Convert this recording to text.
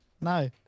no